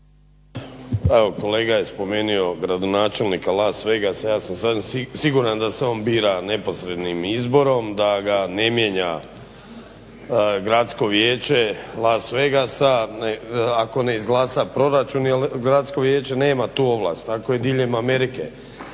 kolega je spomenuo gradonačelnika Las Vegasa, ja sam siguran da se on bira neposrednim izborom da ga ne mijenja gradsko vijeće Las Vegasa, ako ne izglasa proračun jer gradsko vijeće nema tu ovlast. Tako je diljem Amerike.